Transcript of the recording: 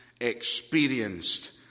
experienced